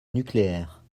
nucléaire